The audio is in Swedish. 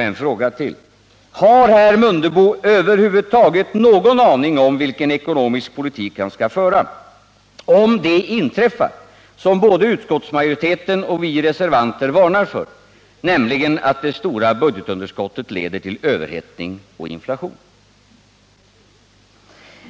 En fråga till: Har herr Mundebo över huvud taget någon aning om vilken ekonomisk politik han skall föra, om det inträffar som både utskottsmajoriteten och vi reservanter varnar för, nämligen att det stora budgetunderskottet leder till överhettning och inflation?